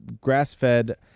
Grass-fed